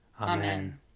Amen